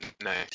nice